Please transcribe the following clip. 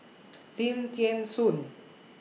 Lim Thean Soo